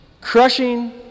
crushing